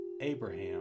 Abraham